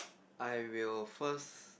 I will first